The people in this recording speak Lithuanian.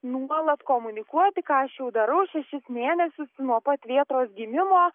nuolat komunikuoti ką aš jau darau šešis mėnesius nuo pat vėtros gimimo